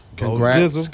congrats